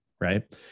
Right